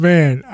Man